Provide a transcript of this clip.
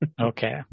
Okay